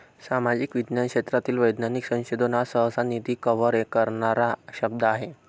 सामाजिक विज्ञान क्षेत्रात वैज्ञानिक संशोधन हा सहसा, निधी कव्हर करणारा शब्द आहे